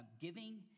Giving